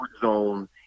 zone